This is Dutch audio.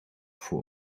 voor